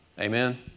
Amen